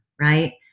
right